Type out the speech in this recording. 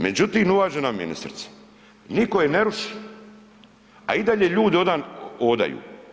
Međutim, uvažena ministrice, niko je ne ruši, a i dalje ljudi ovdan odaju.